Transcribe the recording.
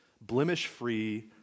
blemish-free